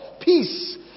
Peace